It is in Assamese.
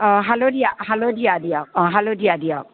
অ হালধীয়া হালধীয়া দিয়ক অ হালধীয়া দিয়ক